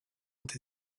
ont